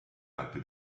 alpi